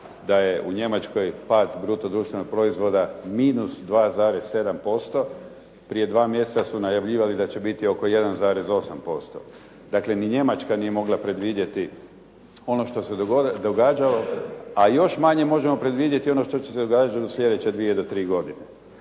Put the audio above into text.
da je u Njemačkoj pad bruto društvenog proizvoda minus 2,7%. Prije dva mjeseca su najavljivali da će biti oko 1,8%. Dakle, ni Njemačka nije mogla predvidjeti ono što se događalo a još manje možemo predvidjeti ono što će se događati u slijedeće dvije do tri godine.